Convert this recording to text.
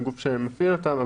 זה הגוף שמפעיל אותם,